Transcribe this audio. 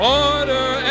order